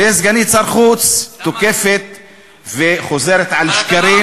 וסגנית שר חוץ תוקפת וחוזרת על שקרים,